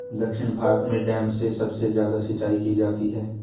दक्षिण भारत में डैम से सबसे ज्यादा सिंचाई की जाती है